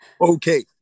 okay